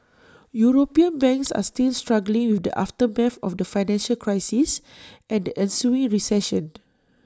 european banks are still struggling with the aftermath of the financial crisis and the ensuing recession